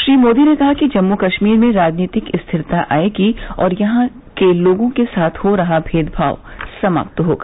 श्री मोदी ने कहा कि जम्मू कश्मीर में राजनीतिक स्थिरता आयेगी और यहां के लोगों के साथ हो रहा भेदभाव समाप्त होगा